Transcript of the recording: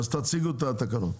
אז תציגו את התקנות.